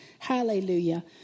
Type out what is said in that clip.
Hallelujah